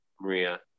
Maria